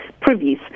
privies